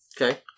Okay